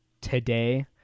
today